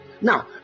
now